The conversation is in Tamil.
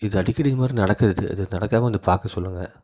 இது அடிக்கடி இது மாதிரி நடக்கிறது இது நடக்காமல் வந்து பார்க்க சொல்லுங்கள்